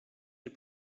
nie